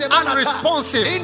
unresponsive